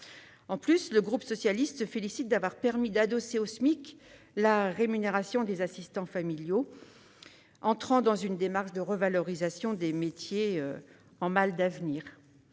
Enfin, notre groupe se félicite d'avoir permis d'adosser au SMIC la rémunération des assistants familiaux, dans une démarche de revalorisation d'un métier en mal d'avenir.